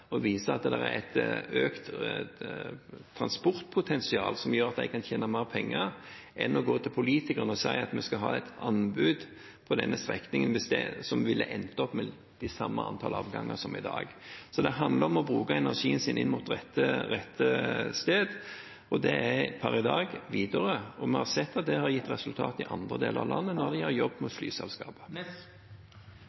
og vise at det er et økt transportpotensial som gjør at de kan tjene mer penger, enn å gå til politikerne og si at vi skal ha et anbud på denne strekningen, som ville endt opp med det samme antall avganger som i dag. Så det handler om å bruke energien sin inn mot rett sted, og det er per i dag Widerøe. Vi har sett at det har gitt resultater i andre deler av landet når de har jobbet mot